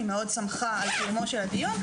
היא מאוד שמחה על קיומו של הדיון,